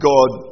God